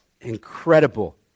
incredible